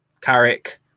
carrick